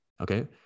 Okay